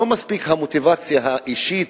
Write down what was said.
לא מספיקה המוטיבציה האישית,